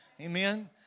Amen